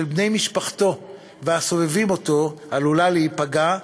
בני משפחתו והסובבים אותו עלולה להיפגע,